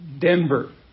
Denver